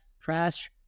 trash